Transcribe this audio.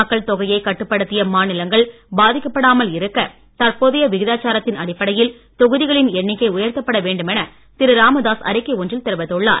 மக்கள் தொகையை கட்டுப்படுத்திய மாநிலங்கள் பாதிக்கப்படாமல் இருக்க தற்போதை விகிதாசாரத்தின் அடிப்படையில் தொகுதிகளின் எண்ணிக்கை உயர்த்தப்பட வேண்டுமென திரு ராமதாஸ் அறிக்கை ஒன்றில் தெரிவித்துள்ளார்